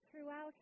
throughout